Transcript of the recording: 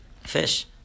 Fish